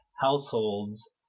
households